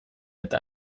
eta